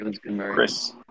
Chris